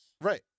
Right